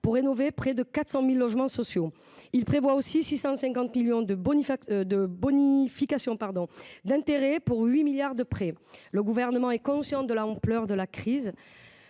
pour rénover près de 400 000 logements sociaux. Il prévoit aussi 650 millions d’euros de bonifications d’intérêt pour 8 milliards d’euros de prêts. Le Gouvernement est conscient de l’ampleur de la crise